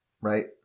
right